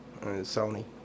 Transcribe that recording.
Sony